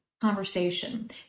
conversation